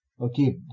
Okay